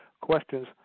questions